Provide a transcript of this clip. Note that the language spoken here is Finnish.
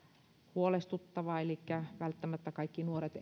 huolestuttava elikkä välttämättä kaikki nuoret